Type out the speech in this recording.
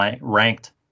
ranked